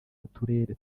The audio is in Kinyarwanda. uturere